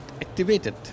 activated